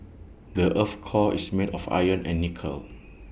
the Earth's core is made of iron and nickel